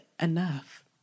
enough